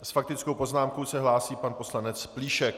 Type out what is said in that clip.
S faktickou poznámkou se hlásí pan poslanec Plíšek.